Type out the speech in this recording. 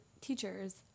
teachers